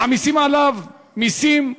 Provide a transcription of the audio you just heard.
מעמיסים עליו מסים,